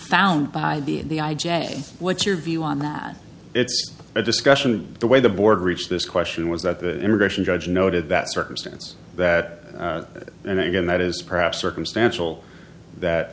found by the i j a what's your view on that it's a discussion the way the board reached this question was that the immigration judge noted that circumstance that and then again that is perhaps circumstantial that